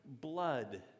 blood